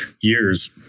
years